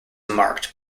marked